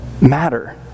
matter